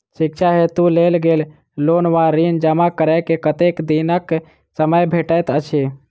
शिक्षा हेतु लेल गेल लोन वा ऋण जमा करै केँ कतेक दिनक समय भेटैत अछि?